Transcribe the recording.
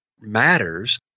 matters